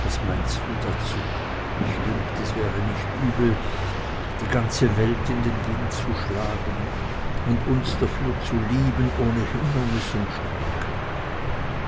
was meinst du dazu mich dünkt es wäre nicht übel die ganze welt in den wind zu schlagen und uns dafür zu lieben ohne hindernis und schranken